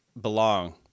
belong